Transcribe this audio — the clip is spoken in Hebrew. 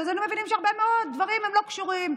היינו מבינים שהרבה מאוד דברים הם לא קשורים,